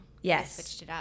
yes